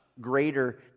greater